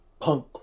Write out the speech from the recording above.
punk